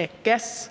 af gas